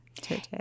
today